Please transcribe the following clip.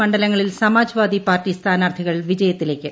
മണ്ഡലങ്ങളിൽ സമാജ്വാദി പാർട്ടി സ്ഥാനാർത്ഥികൾ വിജയത്തിലേയ്ക്ക്